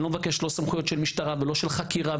אני לא מבקש סמכויות של משטרה ולא של חקירה,